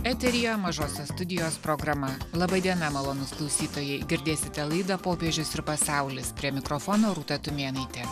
eteryje mažosios studijos programa laba diena malonūs klausytojai girdėsite laidą popiežius ir pasaulis prie mikrofono rūta tumėnaitė